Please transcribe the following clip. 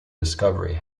discovery